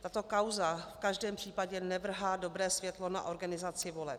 Tato kauza v každém případě nevrhá dobré světlo na organizaci voleb.